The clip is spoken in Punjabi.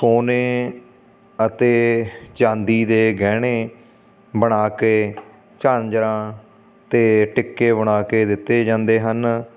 ਸੋਨੇ ਅਤੇ ਚਾਂਦੀ ਦੇ ਗਹਿਣੇ ਬਣਾ ਕੇ ਝਾਂਜਰਾਂ ਅਤੇ ਟਿੱਕੇ ਬਣਾ ਕੇ ਦਿੱਤੇ ਜਾਂਦੇ ਹਨ